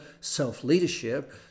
self-leadership